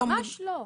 ממש לא.